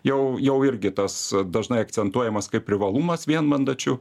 jau jau irgi tas dažnai akcentuojamas kaip privalumas vienmandačių